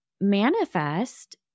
manifest